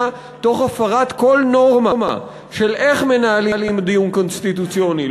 תוך הפרת כל נורמה של איך מנהלים דיון קונסטיטוציוני.